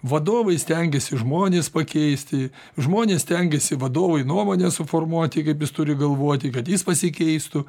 vadovai stengiasi žmonės pakeisti žmonės stengiasi vadovui nuomonę suformuoti kaip jis turi galvoti kad jis pasikeistų